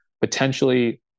potentially